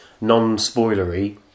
non-spoilery